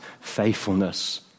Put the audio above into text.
faithfulness